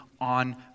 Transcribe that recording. on